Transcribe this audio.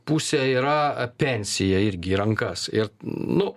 puse yra a pensija irgi į rankas ir nu